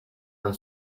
and